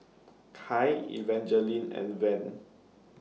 Kai Evangeline and Van